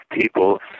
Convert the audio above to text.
people